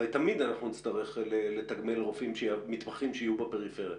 הרי תמיד אנחנו נצטרך לתגמל מתמחים שיהיו בפריפריה?